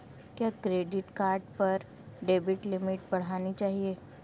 क्या credit card पर credit limit बढ़ानी चाहिए?